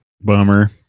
bummer